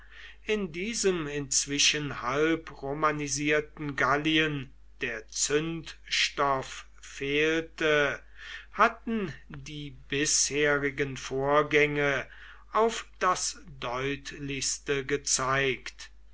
in diesem inzwischen halb romanisierten gallien der zündstoff fehlte hatten die bisherigen vorgänge auf das deutlichste gezeigt